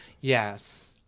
Yes